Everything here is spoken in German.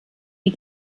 wie